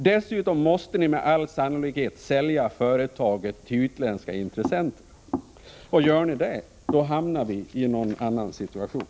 Dessutom måste ni med all sannolikhet sälja företaget till utländska intressenter. Och gör ni det hamnar vi i en annan situation.